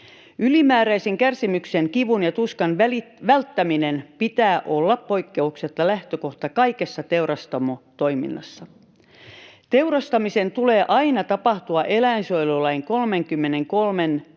Ylimääräisen kärsimyksen, kivun ja tuskan välttämisen pitää olla poikkeuksetta lähtökohta kaikessa teurastamotoiminnassa. Teurastamisen tulee aina tapahtua eläinsuojelulain 33 §:n